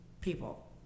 people